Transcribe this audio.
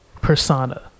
persona